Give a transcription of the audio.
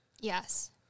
Yes